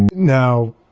now,